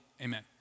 Amen